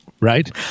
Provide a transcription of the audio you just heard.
right